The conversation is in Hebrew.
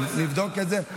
נבדוק את זה.